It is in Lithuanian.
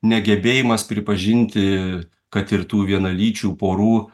negebėjimas pripažinti kad ir tų vienalyčių porų